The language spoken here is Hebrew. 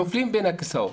נופלים בם הכיסאות.